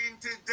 today